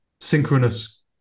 synchronous